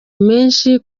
menshi